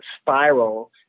spiral